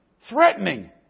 threatening